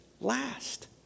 last